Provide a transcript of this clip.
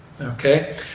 Okay